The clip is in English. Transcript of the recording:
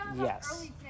Yes